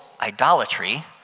idolatry